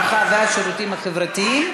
הרווחה והשירותים החברתיים